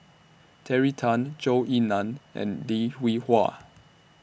Terry Tan Zhou Ying NAN and Lim Hwee Hua